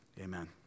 Amen